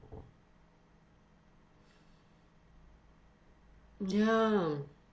ya